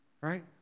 right